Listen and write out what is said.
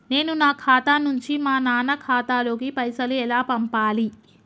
నేను నా ఖాతా నుంచి మా నాన్న ఖాతా లోకి పైసలు ఎలా పంపాలి?